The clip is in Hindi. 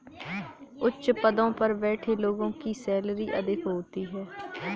उच्च पदों पर बैठे लोगों की सैलरी अधिक होती है